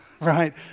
right